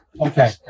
Okay